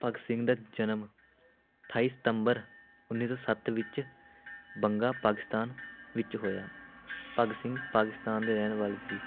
ਭਗਤ ਸਿੰਘ ਦਾ ਜਨਮ ਅਠਾਈ ਸਤੰਬਰ ਉੱਨੀ ਸੌ ਸੱਤ ਵਿੱਚ ਬੰਗਾ ਪਾਕਿਸਤਾਨ ਵਿੱਚ ਹੋਇਆ ਭਗਤ ਸਿੰਘ ਪਾਕਿਸਤਾਨ ਦੇ ਰਹਿਣ ਵਾਲੇ ਸੀ